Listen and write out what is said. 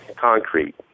Concrete